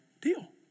deal